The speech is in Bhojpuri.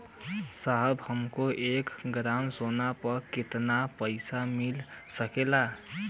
साहब हमके एक ग्रामसोना पर कितना पइसा मिल सकेला?